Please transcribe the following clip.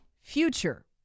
future